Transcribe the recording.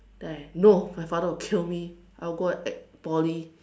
then I no my father will kill me I will go Poly